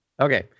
Okay